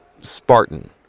Spartan